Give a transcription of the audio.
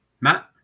Matt